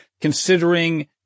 considering